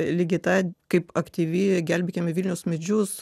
ligita kaip aktyvi gelbėkime vilniaus medžius